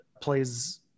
plays